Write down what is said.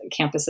campuses